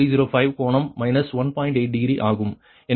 98305 கோணம் மைனஸ் 1